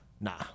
Nah